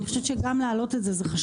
אני חושבת שגם חשוב להעלות את זה.